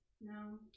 No